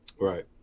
Right